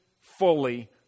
fully